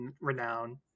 renown